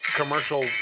commercial